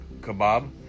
Kebab